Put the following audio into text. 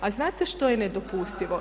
A znate što je nedopustivo?